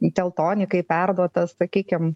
teltonikai perduotas sakykim